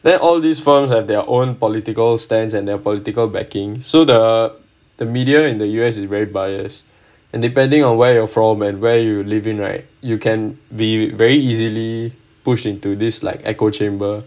they're all these firms have their own political stance and their political backing so the the media in the U_S is very bias and depending on where you're from and where you live in right you can be very easily push in to this like echo chamber